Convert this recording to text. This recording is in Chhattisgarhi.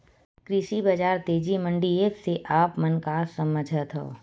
कृषि बजार तेजी मंडी एप्प से आप मन का समझथव?